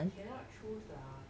cannot choose lah